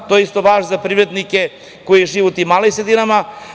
To isto važi za privrednike koji žive u tim malim sredinama.